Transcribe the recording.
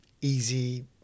easy